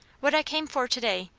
what i came for to-day,